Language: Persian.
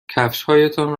کفشهایتان